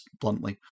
bluntly